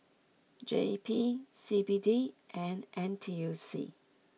J P C B D and N T U C